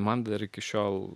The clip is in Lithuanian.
man dar iki šiol